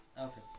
Okay